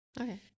Okay